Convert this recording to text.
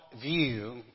view